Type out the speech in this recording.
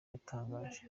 yatangaje